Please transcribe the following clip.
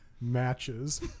matches